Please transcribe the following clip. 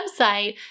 website